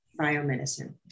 biomedicine